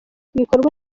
ibikorwa